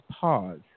pause